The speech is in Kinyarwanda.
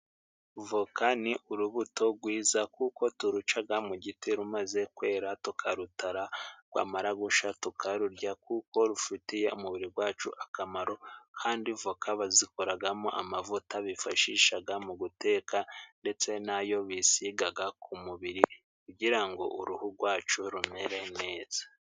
Voka ni urubuto gwiza kuko turucaga mu giti rumaze kwera tukarutara, gwamara gusha tukarujya kuko rufitiye umubiri wacu akamaro, kandi voka bazikoragamo amavuta bifashishaga mu guteka ndetse n'ayo bisigaga ku mubiri, kugirango uruhu gwacu rumere neza.